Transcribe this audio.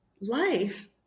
life